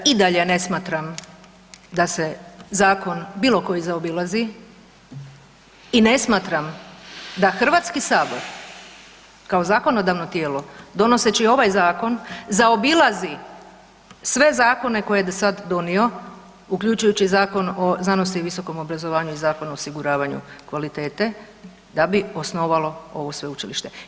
I dalje ne smatram da se zakon bilo koji zaobilazi i ne smatram da Hrvatski sabor kao zakonodavno tijelo donoseći ovaj zakon zaobilazi sve zakone koje je do sada donio uključujući i Zakon o znanosti i visokom obrazovanju i Zakon o osiguravanju kvalitete, da bi osnovalo ovo sveučilište.